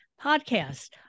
podcast